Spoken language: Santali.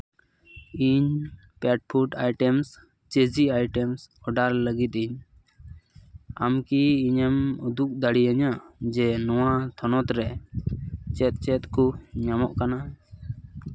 ᱤᱧ ᱯᱮᱴ ᱯᱷᱩᱰ ᱟᱭᱴᱮᱢᱥ ᱪᱮᱡᱤ ᱟᱭᱴᱮᱢᱥ ᱚᱰᱟᱨ ᱞᱟᱹᱜᱤᱫ ᱤᱧ ᱟᱢ ᱠᱤ ᱤᱧᱮᱢ ᱩᱫᱩᱜ ᱫᱟᱲᱮᱭᱟᱹᱧᱟᱹ ᱡᱮ ᱛᱷᱚᱱᱚᱛ ᱨᱮ ᱪᱮᱫ ᱪᱮᱫ ᱠᱚ ᱧᱟᱢᱚᱜ ᱠᱟᱱᱟ